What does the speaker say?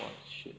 oh shit